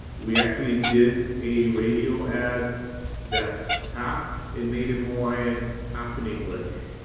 we actually did a radio ad that's half in native hawaiian, half in english.